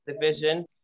division